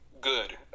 good